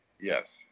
Yes